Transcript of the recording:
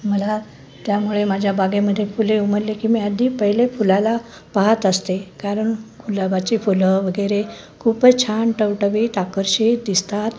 मला त्यामुळे माझ्या बागेमध्ये फुले उमलले की मी आधी पहिले फुलाला पाहात असते कारण गुलाबाची फुलं वगैरे खूपच छान टवटवीत आकर्षित दिसतात